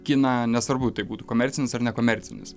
kiną nesvarbu tai būtų komercinis ar nekomercinis